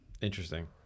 Interesting